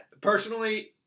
Personally